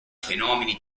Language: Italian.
fenomeni